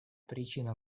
причина